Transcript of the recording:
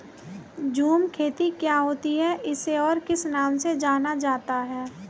झूम खेती क्या होती है इसे और किस नाम से जाना जाता है?